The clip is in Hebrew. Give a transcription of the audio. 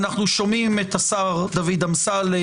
אנחנו שומעים את השר דוד אמסלם,